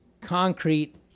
concrete